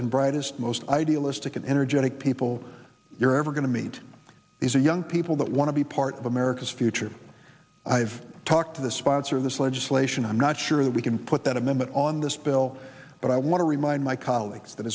and brightest most idealistic and energetic people you're ever going to meet these are young people that want to be part of america's future i've talked to the sponsor of this legislation i'm not sure that we can put that amendment on this bill but i want to remind my colleagues that